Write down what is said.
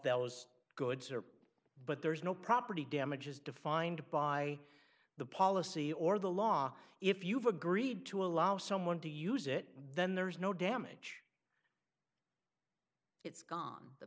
those goods or but there's no property damage as defined by the policy or the law if you've agreed to allow someone to use it then there's no damage it's gone the